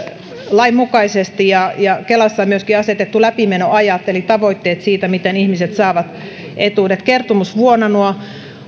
lainmukaisesti kelassa on myöskin asetettu läpimenoajat eli tavoitteet siitä miten ihmiset saavat etuudet kertomusvuonna nuo